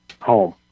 home